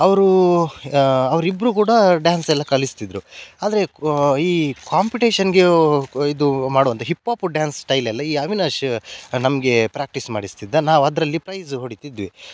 ಅವರೂ ಅವ್ರು ಇಬ್ಬರೂ ಕೂಡ ಡ್ಯಾನ್ಸೆಲ್ಲ ಕಲಿಸ್ತಿದ್ದರು ಆದರೆ ಈ ಕಾಂಪಿಟೇಷನ್ಗೆ ಇದು ಮಾಡುವಂಥ ಹಿಪ್ಪೋಪ್ ಡ್ಯಾನ್ಸ್ ಸ್ಟೈಲೆಲ್ಲ ಈ ಅವಿನಾಶ್ ನಮಗೆ ಪ್ರಾಕ್ಟೀಸ್ ಮಾಡಿಸ್ತಿದ್ದ ನಾವು ಅದರಲ್ಲಿ ಪ್ರೈಝ್ ಹೊಡೀತಿದ್ವಿ